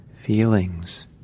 feelings